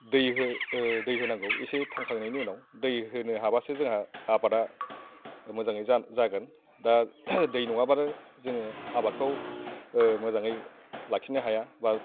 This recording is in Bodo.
दै दै होनांगौ इसे थांखांनायनि उनाव दै होनो हाबा जोंहा आबादा मोजां जागोन दा दै नङाबानो जोङो आबादखौ मोजाङै लाखिनो हाया बा